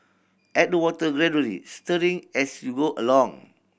add the water gradually stirring as you go along